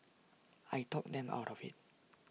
I talked them out of IT